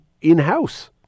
in-house